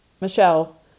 Michelle